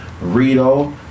Rito